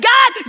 God